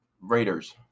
Raiders